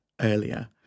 earlier